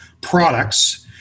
products